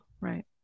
Right